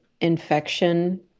infection